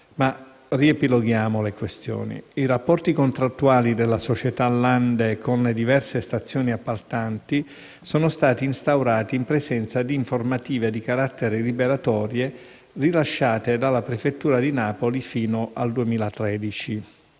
Riepiloghiamo le questioni. I rapporti contrattuali della società Lande con le diverse stazioni appaltanti sono stati instaurati in presenza di informative di carattere liberatorio rilasciate dalla prefettura di Napoli fino al 2013.